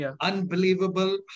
Unbelievable